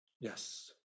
yes